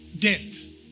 death